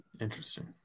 Interesting